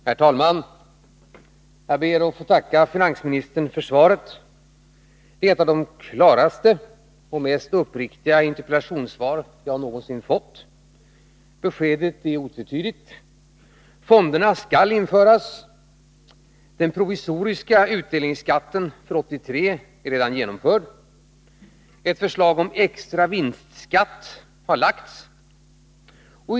Herr talman! Jag ber att få tacka finansministern för svaret. Det är ett av de klaraste och mest uppriktiga interpellationssvar jag någonsin fått. Beskedet är otvetydigt. redan genomförd. Ett förslag om extra vinstskatt har lagts fram.